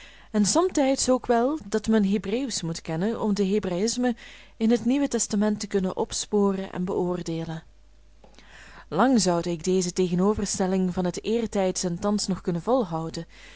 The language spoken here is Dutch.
en somtijds ook wel dat men hebreeuwsch moet kennen om de hebraïsmen in het nieuwe testament te kunnen opsporen en beoordeelen lang zoude ik deze tegenoverstelling van het eertijds en thans nog kunnen volhouden